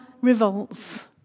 revolts